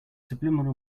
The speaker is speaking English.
subliminal